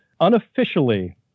unofficially